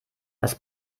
das